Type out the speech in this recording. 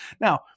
Now